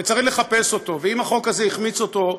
וצריך לחפש אותו, ואם החוק הזה החמיץ אותו,